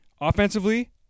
Offensively